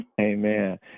Amen